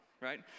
right